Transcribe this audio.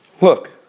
look